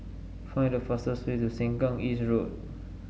find the fastest way to Sengkang East Road